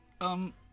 um-